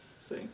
See